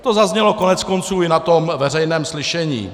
To zaznělo koneckonců i na tom veřejném slyšení.